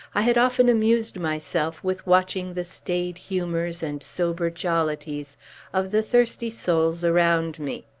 i had often amused myself with watching the staid humors and sober jollities of the thirsty souls around me.